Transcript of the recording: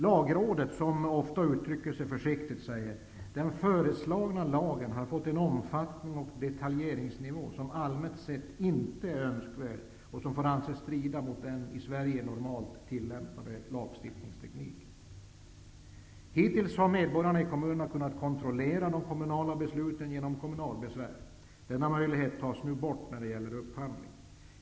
Lagrådet, som ofta uttrycker sig försiktigt, säger att den föreslagna lagen har fått en omfattning och detaljeringsnivå som allmänt sett inte är önskvärd och som får anses strida mot den i Sverige normalt tillämpade lagstiftningstekniken. Hittills har medborgarna i kommunerna kunnat kontrollera de kommunala besluten med hjälp av kommunalbesvär. Denna möjlighet tas nu bort när det gäller upphandling.